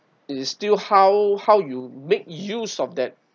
it is still how how you make use of that